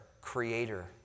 creator